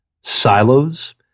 silos